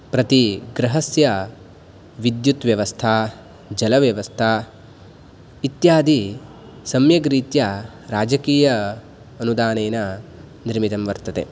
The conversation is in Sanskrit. प्रतिगृहस्य विद्युत्व्यवस्था जलव्यवस्था इत्यादि सम्यग्रीत्या राजकीय अनुदानेन निर्मितं वर्तते